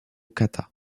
kata